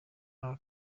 nta